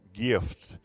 gift